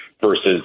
versus